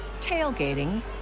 tailgating